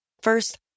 First